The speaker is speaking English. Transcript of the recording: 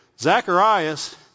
Zacharias